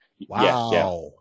Wow